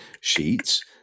sheets